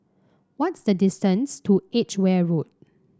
what's the distance to Edgware Road